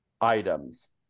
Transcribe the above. items